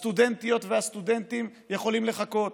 הסטודנטיות והסטודנטים יכולים לחכות,